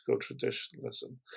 traditionalism